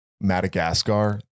Madagascar